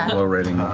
low rating.